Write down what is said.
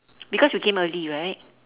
because you came early right